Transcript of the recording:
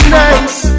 nice